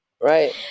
right